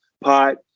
pot